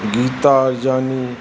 Geeta Harjani